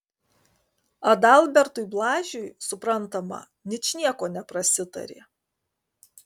adalbertui blažiui suprantama ničnieko neprasitarė